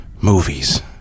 movies